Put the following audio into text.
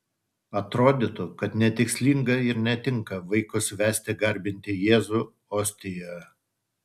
atrodytų kad netikslinga ir netinka vaikus vesti garbinti jėzų ostijoje